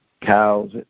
cows